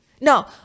No